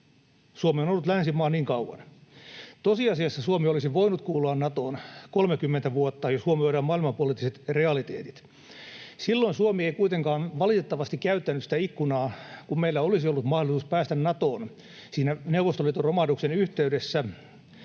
Suomi on ollut länsimaa niin kauan. Tosiasiassa Suomi olisi voinut kuulua Natoon 30 vuotta, jos huomioidaan maailmanpoliittiset realiteetit. Silloin Suomi ei kuitenkaan valitettavasti käyttänyt sitä ikkunaa, kun meillä olisi ollut mahdollisuus päästä Natoon siinä Neuvostoliiton romahduksen yhteydessä,